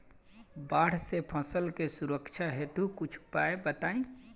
बाढ़ से फसल के सुरक्षा हेतु कुछ उपाय बताई?